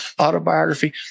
autobiography